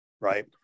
right